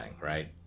right